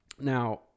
Now